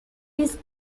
his